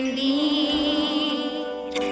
need